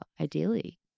ideally